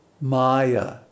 maya